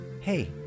Hey